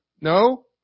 No